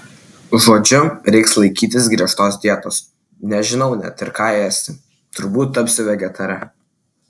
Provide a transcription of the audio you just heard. žodžiu reiks laikytis griežtos dietos nežinau net ir ką ėsti turbūt tapsiu vegetare